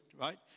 right